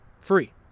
Free